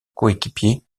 coéquipier